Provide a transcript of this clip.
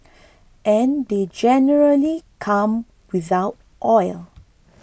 and they generally come without oil